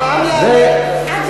המע"מ יעלה?